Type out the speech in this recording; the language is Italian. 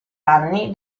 anni